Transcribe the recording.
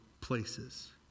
places